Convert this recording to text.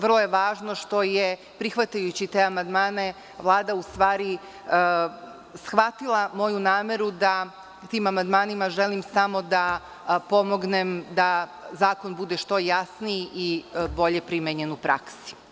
Vrlo je važno što je prihvatajući te amandmane Vlada u stvari shvatila moju nameru da tim amandmanima želim samo da pomognem da zakon bude što jasniji i bolje primenjen u praksi.